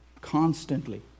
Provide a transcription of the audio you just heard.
constantly